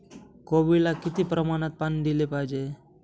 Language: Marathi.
कोबीला किती प्रमाणात पाणी दिले पाहिजे?